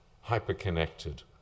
hyper-connected